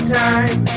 time